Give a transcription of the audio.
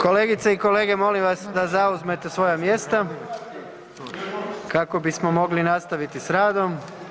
Kolegice i kolege molim vas da zauzmete svoja mjesta kako bismo mogli nastaviti s radom.